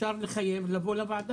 אפשר לחייב לבוא לוועדה.